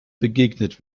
begegnet